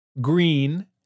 Green